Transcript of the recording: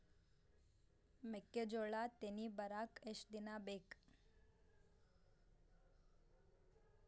ಮೆಕ್ಕೆಜೋಳಾ ತೆನಿ ಬರಾಕ್ ಎಷ್ಟ ದಿನ ಬೇಕ್?